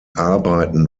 arbeiten